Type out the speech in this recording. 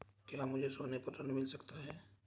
क्या मुझे सोने पर ऋण मिल सकता है?